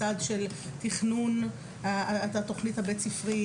על הצד של תכנון התכנית הבית ספרית